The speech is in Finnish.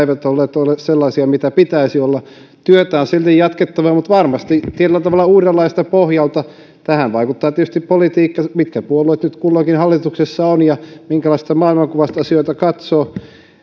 eivät ole olleet sellaisia kuin niiden pitäisi olla työtä on silti jatkettava mutta varmasti tietyllä tavalla uudenlaiselta pohjalta tähän vaikuttaa tietysti politiikka se mitkä puolueet nyt kulloinkin hallituksessa ovat ja minkälaisesta maailmankuvasta asioita katsoo